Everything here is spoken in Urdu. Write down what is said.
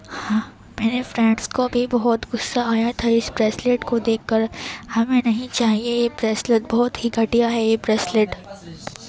ہاں میرے فرینڈس کو بھی بہت غصہ آیا تھا اس بریسلٹ کو دیکھ کر ہمیں نہیں چاہیے یہ بریسلٹ بہت ہی گھٹیا ہے یہ بریسلٹ